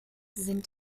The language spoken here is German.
sind